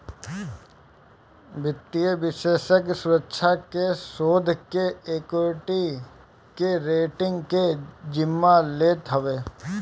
वित्तीय विषेशज्ञ सुरक्षा के, शोध के, एक्वीटी के, रेटींग के जिम्मा लेत हवे